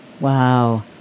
Wow